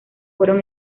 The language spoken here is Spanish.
fueron